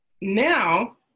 now